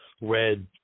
red